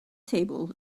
table